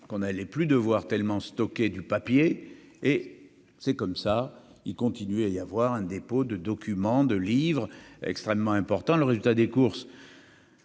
qu'on allait plus de voir tellement stocker du papier, et c'est comme ça, il continue à y avoir un dépôt de documents de livres extrêmement important : le résultat des courses.